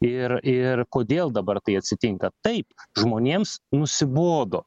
ir ir kodėl dabar tai atsitinka taip žmonėms nusibodo